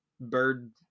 bird